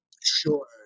Sure